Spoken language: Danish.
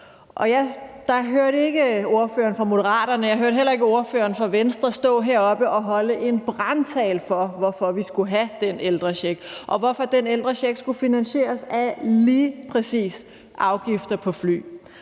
og jeg hørte heller ikke ordføreren for Venstre stå heroppe og holde en brandtale for, hvorfor vi skulle have den ældrecheck, og hvorfor den ældrecheck skulle finansieres af lige præcis afgifter på fly.